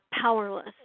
powerless